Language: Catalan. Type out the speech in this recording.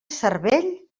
cervell